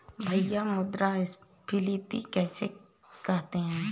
भैया मुद्रा स्फ़ीति किसे कहते हैं?